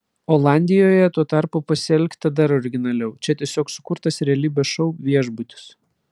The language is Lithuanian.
olandijoje tuo tarpu pasielgta dar originaliau čia tiesiog sukurtas realybės šou viešbutis